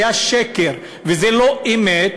היה שקר וזו לא אמת,